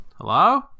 Hello